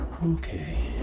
Okay